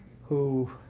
who,